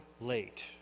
late